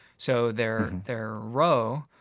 so their their roe,